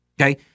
okay